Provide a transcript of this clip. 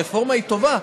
הרפורמה היא טובה,